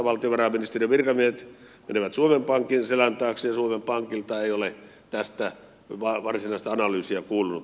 valtiovarainministeriön virkamiehet menevät suomen pankin selän taakse ja suomen pankilta ei ole tästä varsinaista analyysia kuulunut